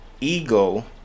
ego